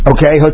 Okay